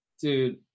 Dude